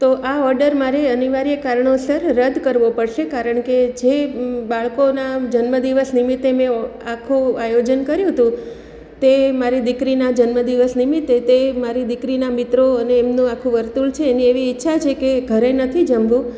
તો આ ઓડર મારે અનિવાર્ય કારણોસર રદ કરવો પડશે કારણ કે જે બાળકોના જન્મદિવસ નિમિત્તે મેં આખું આયોજન કર્યું હતું તે મારી દીકરીના જન્મદિવસ નિમિત્તે તે મારી દીકરીના મિત્રો અને એમનું આખું વર્તુળ છે એની એવી ઈચ્છા છે કે ઘરે નથી જમવું